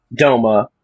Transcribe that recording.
Doma